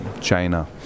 China